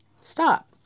stop